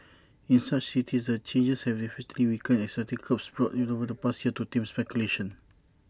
in such cities the changes have effectively weakened existing curbs brought in over the past year to tame speculation